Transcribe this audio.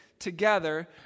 together